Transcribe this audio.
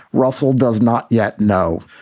russell does not yet know.